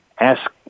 ask